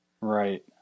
Right